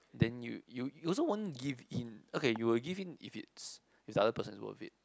then you you you also won't give in okay you will give in if it's this other person is worth it